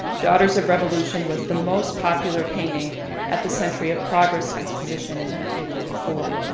daughters of revolution was the most popular painting at the century of progress exhibition in thirty four.